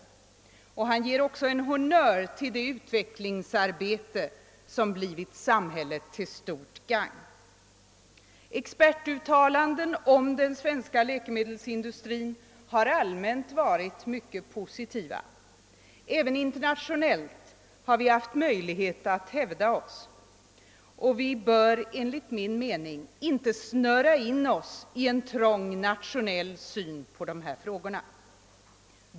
Socialstyrelsens chef ger också en honnör till det utvecklingsarbete som blivit samhället till stort gagn. Expertuttalanden om den svenska läkemedelsindustrin har allmänt varit mycket positiva. även internationellt har vi haft möjlighet att hävda oss, och vi bör enligt min mening inte snöra in oss i en trång nationell syn på dessa frågor.